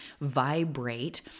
vibrate